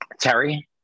Terry